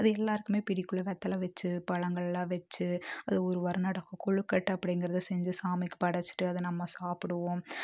அது எல்லாருக்கும் பிடிக்கும்ல வெத்தலை வச்சு பழங்கள்லாம் வச்சு அது ஒரு வாரம் நடக்கும் கொழுக்கட்டை அப்படிங்கறத செஞ்சு சாமிக்கு படைச்சுட்டு அதை நம்ம சாப்பிடுவோம்